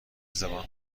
زبان